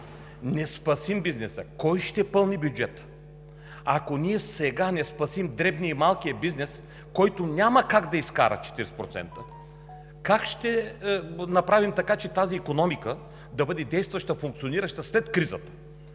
не спасим бизнеса, кой ще пълни бюджета? Ако ние сега не спасим дребния и малкия бизнес, който няма как да изкара 40%, как ще направим така, че тази икономика да бъде действаща и функционираща след кризата?